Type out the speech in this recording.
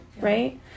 right